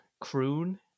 croon